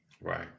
right